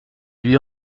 lui